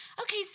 Okay